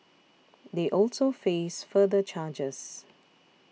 they also face further charges